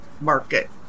market